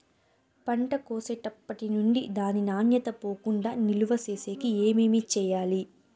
పంట కోసేటప్పటినుండి దాని నాణ్యత పోకుండా నిలువ సేసేకి ఏమేమి చేయాలి?